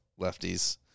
lefties